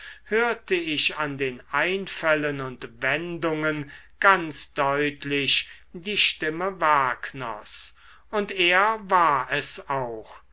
hörte ich an den einfällen und wendungen ganz deutlich die stimme wagners und er war es auch